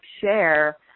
share